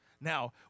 Now